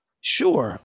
Sure